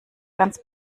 ganz